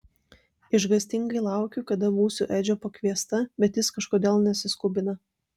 išgąstingai laukiu kada būsiu edžio pakviesta bet jis kažkodėl nesiskubina